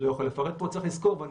ואני